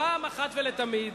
פעם אחת ולתמיד,